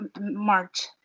March